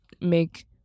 make